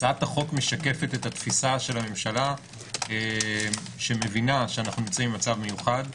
- הצעת החוק משקפת את תפיסת המשלה שמבינה שאנו נמצאים במצב מיוחד.